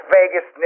Vegas